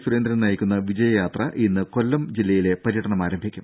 സുരേന്ദ്രൻ നയിക്കുന്ന വിജയയാത്ര ഇന്ന് കൊല്ലം ജില്ലയിലെ പര്യടനം ആരംഭിക്കും